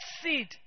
seed